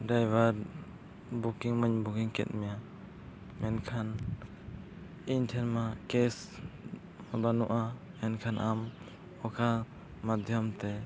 ᱢᱟᱧ ᱠᱮᱫ ᱢᱮᱭᱟ ᱢᱮᱱᱠᱷᱟᱱ ᱤᱧ ᱴᱷᱮᱱ ᱢᱟ ᱵᱟᱹᱱᱩᱜᱼᱟ ᱮᱱᱠᱷᱟᱱ ᱟᱢ ᱚᱠᱟ ᱢᱟᱭᱫᱷᱚᱢᱛᱮ